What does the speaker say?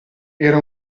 era